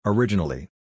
Originally